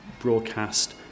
broadcast